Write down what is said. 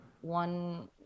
one